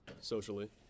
socially